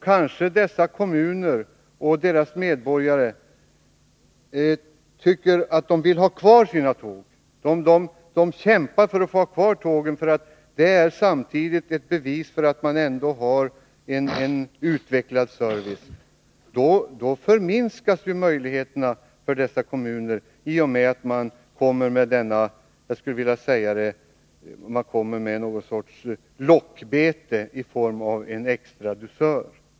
Men dessa kommuner och deras medborgare kanske tycker att de vill ha kvar sina tåg. De kämpar för att få ha kvar tågen, därför att det samtidigt är ett bevis för att man ändå har en utvecklad service. Då förminskas möjligheterna för dessa kommuner i och med att man kommer med någon sorts lockbete i form av en extra dusör.